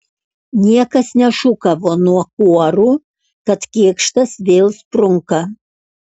niekas nešūkavo nuo kuorų kad kėkštas vėl sprunka